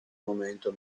momento